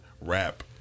rap